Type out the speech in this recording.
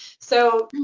so